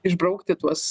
išbraukti tuos